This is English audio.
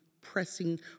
pressing